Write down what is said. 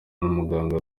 n’umuganga